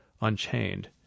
Unchained